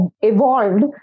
evolved